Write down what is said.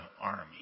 army